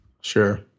Sure